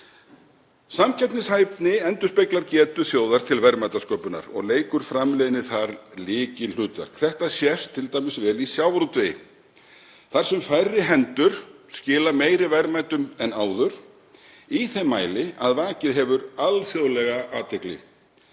Samkeppnishæfni endurspeglar getu þjóðar til verðmætasköpunar og leikur framleiðni þar lykilhlutverk. Þetta sést t.d. vel í sjávarútvegi þar sem færri hendur skila meiri verðmætum en áður í þeim mæli að vakið hefur alþjóðlega athygli.